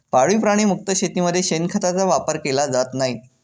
पाळीव प्राणी मुक्त शेतीमध्ये शेणखताचा वापर केला जात नाही